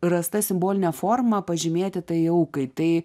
rasta simboline forma pažymėti tai jau kai tai